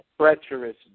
treacherous